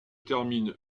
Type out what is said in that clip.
termine